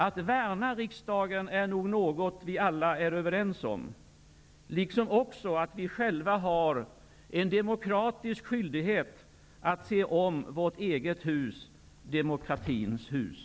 Att värna riksdagen är nog något vi alla är överens om, liksom också att vi själva har en demokratisk skyldighet att se om vårt eget hus -- demokratins hus.